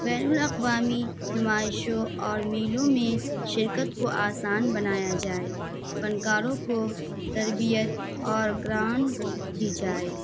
بین الاقوامی نمائشوں اور میلوں میں شرکت کو آسان بنایا جائے فنکاروں کو تربیت اور گرانٹ دی جائے